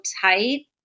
tight